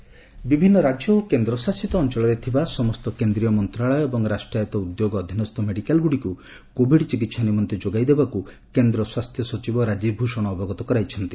Covid management ବିଭିନ୍ନ ରାଜ୍ୟ ଓ କେନ୍ଦ୍ରଶାସିତ ଅଞ୍ଚଳରେ ଥିବା ସମସ୍ତ କେନ୍ଦ୍ରୀୟ ମନ୍ତ୍ରଣାଳୟ ଏବଂ ରାଷ୍ଟ୍ରାୟତ୍ତ ଉଦ୍ୟୋଗ ଅଧୀନସ୍ଥ ମେଡିକାଲ୍ଗୁଡ଼ିକୁ କୋଭିଡ୍ ଚିକିତ୍ସା ନିମନ୍ତେ ଯୋଗାଇ ଦେବାକୁ କେନ୍ଦ୍ର ସ୍ୱାସ୍ଥ୍ୟ ସଚିବ ରାଜୀବ ଭୂଷଣ ଅବଗତ କରାଇଛନ୍ତି